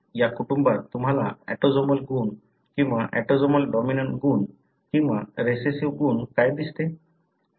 या कुटुंबात तुम्हाला ऑटोसोमल गुण किंवा ऑटोसोमल डॉमिनंट गुण किंवा रिसेस्सीव्ह गुण काय दिसते